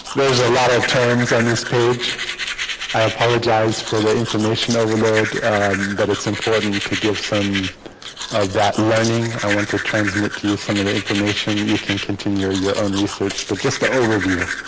there's a lot of turns on this page i apologize for the information overload but it's important to give some of that learning i want to transmit to you some of the information you can continue your own research but just to overview